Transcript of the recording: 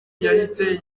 yahise